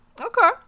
Okay